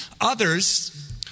Others